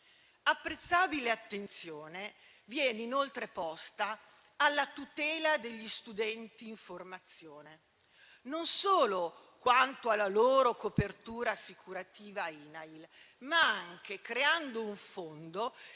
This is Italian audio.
Apprezzabile attenzione viene inoltre posta alla tutela degli studenti in formazione, non solo quanto alla loro copertura assicurativa INAIL, ma anche creando un fondo che